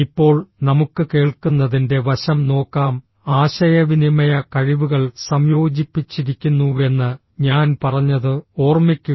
ഇപ്പോൾ നമുക്ക് കേൾക്കുന്നതിന്റെ വശം നോക്കാം ആശയവിനിമയ കഴിവുകൾ സംയോജിപ്പിച്ചിരിക്കുന്നുവെന്ന് ഞാൻ പറഞ്ഞതു ഓർമ്മിക്കുക